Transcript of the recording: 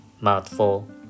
mouthful